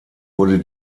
wurde